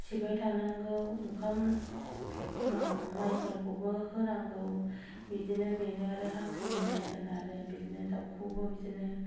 सिबबाय थानांगौ ओंखाम माइफोरखौबो होनांगौ बिदिनो बेनो आरो हांसोनि जोथोन बिदिनो दाउखौबो बिदिनो